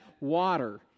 water